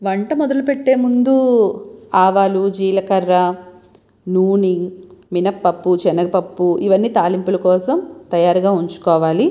వంట మొదలు పెట్టే ముందు ఆవాలు జీలకర్ర నూనె మినపప్పు శనగపప్పు ఇవన్నీ తాలింపుల కోసం తయారుగా ఉంచుకోవాలి